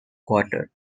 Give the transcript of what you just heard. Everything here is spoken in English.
quarter